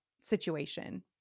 situation